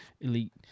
Elite